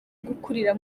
gukurira